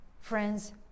Friends